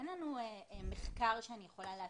אין לנו מחקר שאני יכולה להגיד.